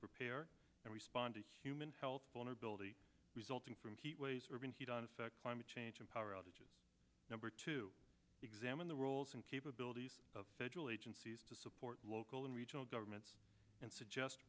prepare and respond to human health vulnerability resulting from heat waves urban heat island effect climate change and power outages number two examine the roles and capabilities of federal agencies to support local and regional governments and suggest